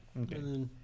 Okay